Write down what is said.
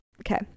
okay